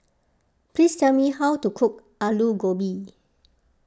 please tell me how to cook Alu Gobi